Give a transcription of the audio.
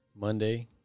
Monday